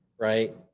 right